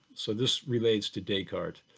so this relates to descartes.